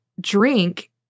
drink